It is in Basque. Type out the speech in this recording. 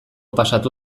pasatu